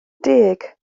deg